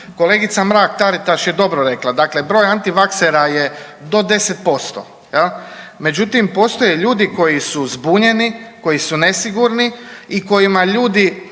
Kolegica Mrak-Taritaš je dobro rekla, dakle broj antivaksera je do 10%, je li? Međutim, postoje ljudi koji su zbunjeni, koji su nesigurni i kojima ljudi